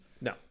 No